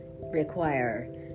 require